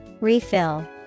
Refill